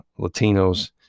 Latinos